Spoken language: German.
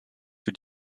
für